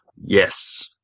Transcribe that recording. yes